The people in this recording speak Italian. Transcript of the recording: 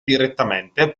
direttamente